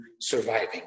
surviving